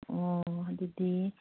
ꯑꯣ ꯑꯗꯨꯗꯤ